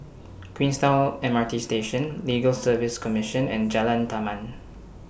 Queenstown M R T Station Legal Service Commission and Jalan Taman